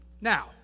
Now